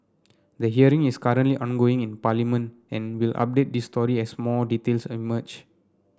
the hearing is currently ongoing in Parliament and we'll update this story as more details emerge